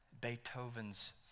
Beethoven's